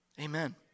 Amen